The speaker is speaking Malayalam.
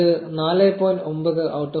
ഇത് 4